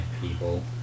people